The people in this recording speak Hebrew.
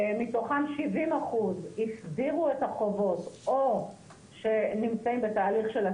מתוכם 70% הסדירו את החובות או שנמצאים בתהליך של הסדרה.